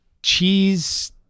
cheese